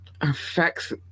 affects